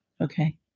Okay